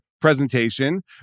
presentation